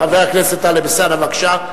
חבר הכנסת טלב אלסאנע, בבקשה.